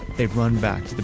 they've run back to the